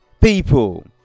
people